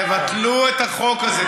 תבטלו את החוק הזה,